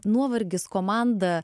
nuovargis komanda